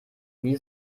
wie